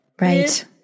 Right